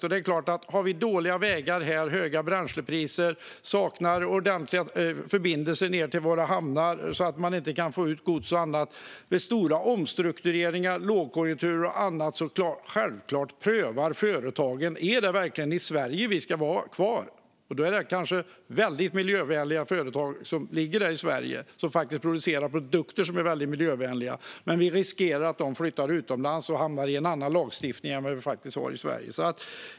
Om vi har dåliga vägar och höga bränslepriser här, om vi saknar ordentliga förbindelser till våra hamnar så att det inte går att få ut gods och annat och om man ser stora omstruktureringar, lågkonjunktur och annat - ja, då tittar företagen självklart på om de ska vara kvar i Sverige. Det är kanske väldigt miljövänliga företag som finns i Sverige och som producerar produkter som är väldigt miljövänliga, men vi riskerar att de flyttar utomlands och hamnar i en annan lagstiftning än den vi har i Sverige.